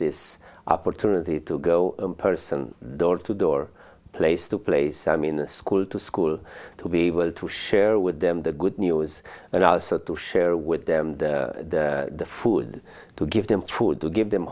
this opportunity to go person door to door place to place i mean the school to school to be able to share with them the good news and also to share with them the food to give them food to give them